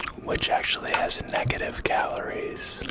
which actually has negative calories.